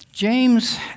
James